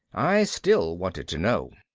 i still wanted to know.